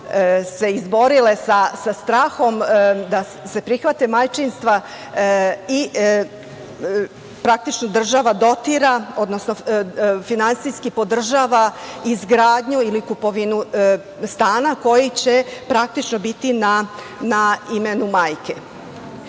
se izborile sa strahom da se prihvate majčinstva. Praktično, država dotira, odnosno finansijski podržava izgradnju ili kupovinu stana koji će praktično biti na imenu